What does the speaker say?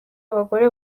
abagore